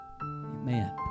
Amen